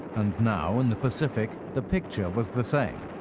and now in the pacific, the picture was the same.